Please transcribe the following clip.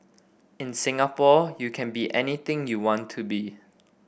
in Singapore you can be anything you want to be